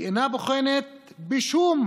היא אינה בוחנת בשום